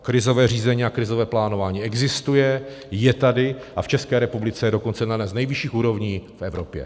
Krizové řízení a krizové plánování existuje, je tady, a v České republice je dokonce na jedné z nejvyšších úrovní v Evropě.